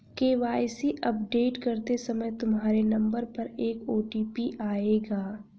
KYC update करते समय तुम्हारे नंबर पर एक ओ.टी.पी आएगा